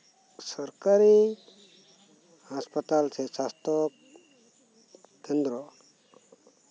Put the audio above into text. ᱥᱚᱨᱠᱟᱨᱤ ᱦᱟᱸᱥᱯᱟᱛᱟᱞ ᱥᱮ ᱥᱟᱥᱛᱷᱚ ᱠᱮᱱᱫᱨᱚ